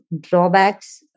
drawbacks